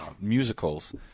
musicals